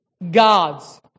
God's